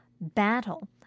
battle